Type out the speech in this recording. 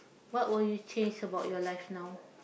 what would you change about your life now